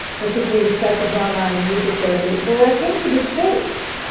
particularly psychodrama and music therapy. but when i came to the states,